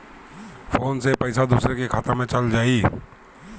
Phone से पईसा दूसरे के खाता में चल जाई?